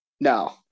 No